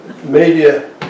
media